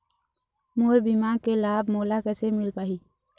मोर बीमा के लाभ मोला कैसे मिल पाही?